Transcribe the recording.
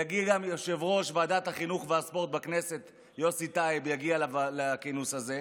יגיע גם יושב-ראש ועדת החינוך והספורט של הכנסת יוסי טייב לכינוס הזה,